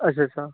अच्छा अच्छा